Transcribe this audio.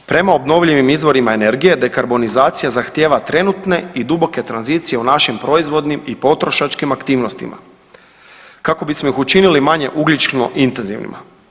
Prema obnovljivim izvorima energije dekarbonizacija zahtijeva trenutne i duboke tranzicije u našim proizvodnim i potrošačkim aktivnostima kako bismo ih učinili manje ugljično intenzivnima.